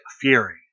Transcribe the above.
Fury